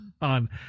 on